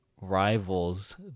rivals